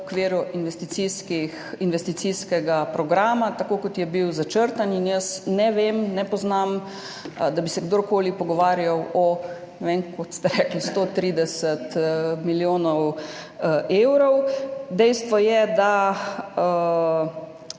v okviru investicijskega programa tako, kot je bil začrtan. Jaz ne vem, da bi se kdorkoli pogovarjal o, kot ste rekli, 130 milijonih evrov. Dejstvo je, da